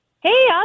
hey